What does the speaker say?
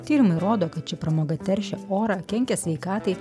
tyrimai rodo kad ši pramoga teršia orą kenkia sveikatai